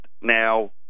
now